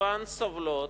כמובן סובלות